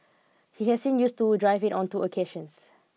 he has sin used to drive it on two occasions